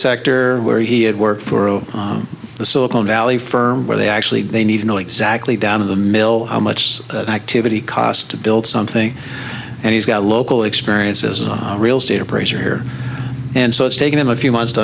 sector where he had worked for the silicon valley firm where they actually they need to know exactly down in the mill how much activity cost to build something and he's got a local experience as a real estate appraiser here and so it's taken him a few months to